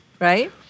right